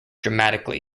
dramatically